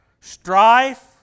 strife